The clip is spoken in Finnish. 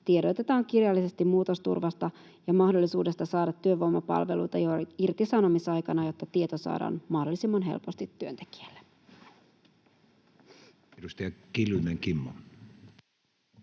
tiedotetaan kirjallisesti muutosturvasta ja mahdollisuudesta saada työvoimapalveluita jo irtisanomisaikana, jotta tieto saadaan mahdollisimman helposti työntekijälle. [Speech